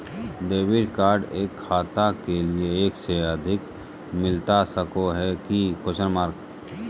Debit card एक खाता के लिए एक से अधिक मिलता सको है की?